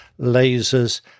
lasers